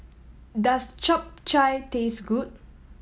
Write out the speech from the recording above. does Chap Chai taste good